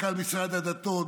מנכ"ל משרד הדתות,